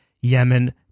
Yemen